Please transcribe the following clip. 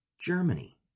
Germany